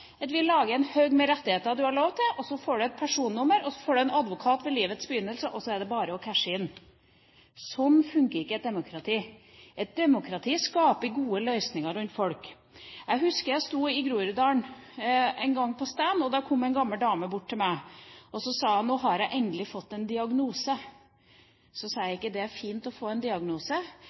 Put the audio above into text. at vi laget en haug med rettigheter med hva en har lov til, og så får en et personnummer og en advokat ved livets begynnelse, og så er det bare å cashe inn. Sånn fungerer ikke et demokrati. Et demokrati skaper gode løsninger rundt folk. Jeg husker at jeg sto på stand i Groruddalen en gang. Da kom en gammel dame bort til meg og sa: Nå har jeg endelig fått en diagnose. Er det ikke fint å få en diagnose,